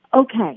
Okay